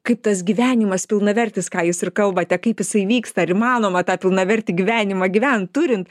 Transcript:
kaip tas gyvenimas pilnavertis ką jūs ir kalbate kaip jisai vyksta ar įmanoma tą pilnavertį gyvenimą gyvent turint